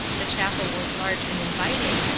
the chapel was large and inviting,